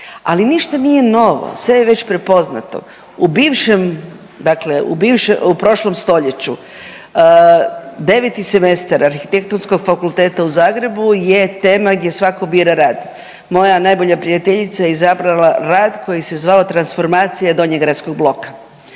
Ali ništa nije novo, sve je već prepoznato. U bivšem dakle u prošlom stoljeću 9. semestar Arhitektonskog fakulteta u Zagrebu je tema gdje svako bira rad. Moja najbolja prijateljica je izabrala rad koji se zvao transformacija Donjogradskog bloka